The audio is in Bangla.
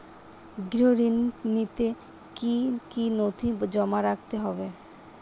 গৃহ ঋণ নিতে কি কি নথি জমা রাখতে হবে?